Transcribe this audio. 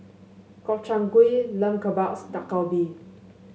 Gobchang Gui Lamb Kebabs Dak Galbi